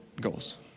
goals